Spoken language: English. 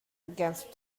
against